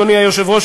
אדוני היושב-ראש,